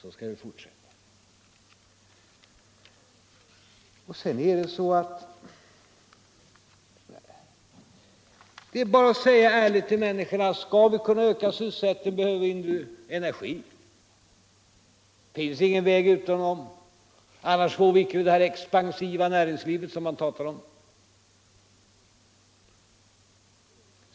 Vi skall fortsätta på vårt sätt. Det är bara att säga ärligt till människorna att skall vi kunna öka sysselsättningen behöver vi energi. Det finns ingen väg utan den. Annars får vi inte det där expansiva näringslivet som man pratar om.